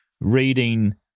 reading